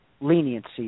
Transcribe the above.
leniency